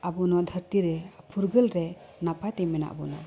ᱟᱵᱚ ᱱᱚᱣᱟ ᱫᱷᱟᱹᱨᱛᱤ ᱨᱮ ᱯᱷᱩᱨᱜᱟᱹᱞ ᱨᱮ ᱱᱟᱯᱟᱭ ᱛᱮ ᱢᱮᱱᱟᱜ ᱵᱚᱱᱟ